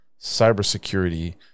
cybersecurity